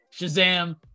shazam